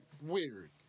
weird